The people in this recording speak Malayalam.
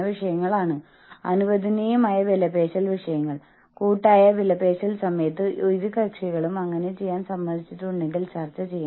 വേണ്ടത്ര കഠിനാധ്വാനം ചെയ്താൽ സ്ഥാപനത്തിലെ മുതിർന്ന ജീവനക്കാരനാകാൻ എല്ലാവർക്കും തുല്യ അവസരം ലഭിക്കുമെന്ന് അവർക്കറിയാം